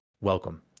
welcome